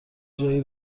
جایی